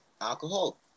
alcohol